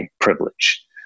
privilege